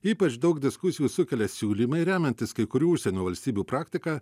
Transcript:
ypač daug diskusijų sukelia siūlymai remiantis kai kurių užsienio valstybių praktika